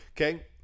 Okay